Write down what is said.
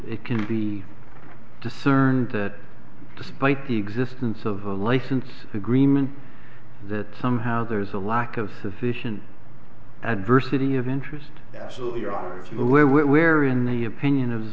it can be discerned that despite the existence of a license agreement that somehow there is a lack of sufficient adversity of interest absolutely or two where where in the opinion of the